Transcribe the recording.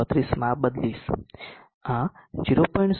34 માં બદલીશ આ 0